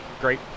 great